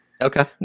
Okay